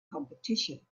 competition